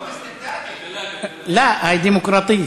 זו דמוקרטיה.)